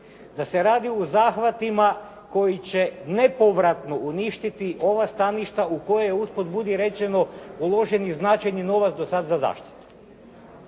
da se radi o zahvatima koji će nepovratno uništiti ova staništa u koja je usput budi rečeno uložen i značajni novac do sad za zaštitu.